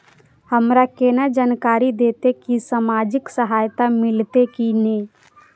हमरा केना जानकारी देते की सामाजिक सहायता मिलते की ने?